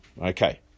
Okay